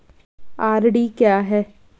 RD क्या है?